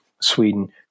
Sweden